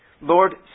Lord